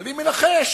ואני מנחש